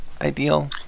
ideal